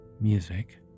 music